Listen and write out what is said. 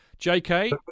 JK